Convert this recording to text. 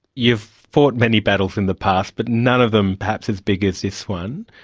you've fought many battles in the past, but none of them perhaps as big as this one.